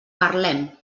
parlem